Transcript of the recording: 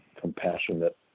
compassionate